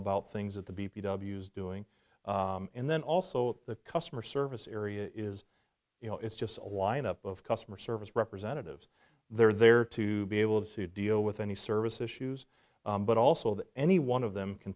about things that the b p w s doing and then also the customer service area is you know it's just a line up of customer service representatives they're there to be able to deal with any service issues but also that any one of them can